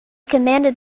commanded